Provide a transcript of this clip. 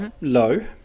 low